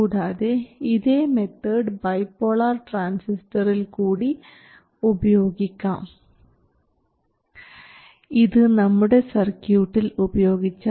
കൂടാതെ ഇതേ method bipolar ട്രാൻസിസ്റ്ററിൽ കൂടി ഉപയോഗിക്കാം